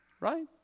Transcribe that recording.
right